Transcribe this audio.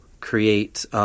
create